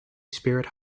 spirit